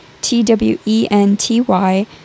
t-w-e-n-t-y